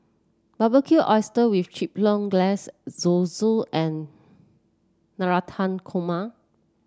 Barbecued Oysters with Chipotle Glaze Zosui and Navratan Korma